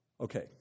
Okay